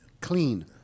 Clean